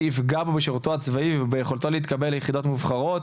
יפגע בו בשירותו הצבאי וביכולתו להתקבל ליחידות מובחרות.